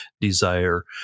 desire